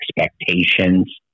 expectations